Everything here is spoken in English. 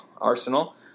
Arsenal